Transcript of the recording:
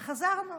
וחזרנו.